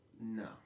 No